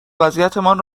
وضعیتمان